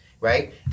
right